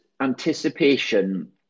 anticipation